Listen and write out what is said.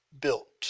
built